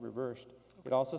reversed but also